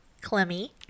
Clemmy